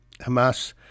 Hamas